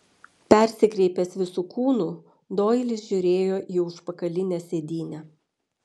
persikreipęs visu kūnu doilis žiūrėjo į užpakalinę sėdynę